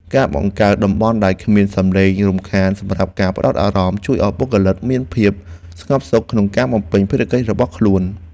ការបង្កើតតំបន់ដែលគ្មានសំឡេងរំខានសម្រាប់ការផ្ដោតអារម្មណ៍ ជួយឱ្យបុគ្គលិកមានភាពស្ងប់សុខក្នុងការបំពេញភារកិច្ចរបស់ខ្លួន។